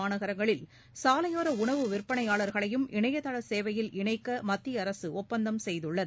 மாநகரங்களில் சாலையோர உணவு விற்பனையாளர்களையும் இணையதள சேவையில் இணைக்க மத்திய அரசு ஒப்பந்தம் செய்துள்ளது